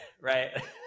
right